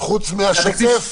חוץ מהשוטף?